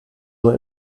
nur